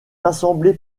assemblées